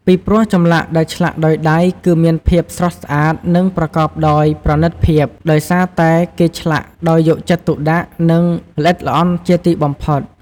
ពីព្រោះចម្លាក់ដែលឆ្លាក់ដោយដៃគឺមានភាពស្រស់ស្អាតនិងប្រកបដោយប្រណិតភាព ដោយសារតែគេឆ្លាក់ដោយយកចិត្តទុកដាក់និងល្អិតល្អន់ជាទីបំផុត។